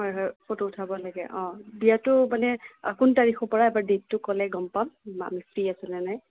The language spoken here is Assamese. হয় হয় ফটো উঠাব লাগে অঁ বিয়াটো মানে কোন তাৰিখৰ পৰা এবাৰ ডেটটো ক'লে গম পাম মানে ফ্ৰি আছোনে নাই